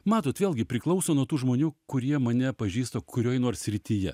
matot vėlgi priklauso nuo tų žmonių kurie mane pažįsta kurioj nors srityje